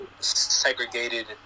segregated